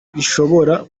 rishobora